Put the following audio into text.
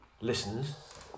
Listeners